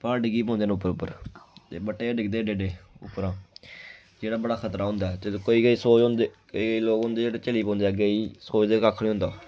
प्हाड़ डिग्गी पौंदे न उप्पर उप्पर ते बट्टे गै डिगदे एड्डे एड्डे उप्परा जेह्ड़ा बड़ा खतरा होंदा ऐ ते केईं सोचदे केईं लोक होंदे जेह्ड़े चली पौंदे अग्गें सोचे कक्ख निं होंदा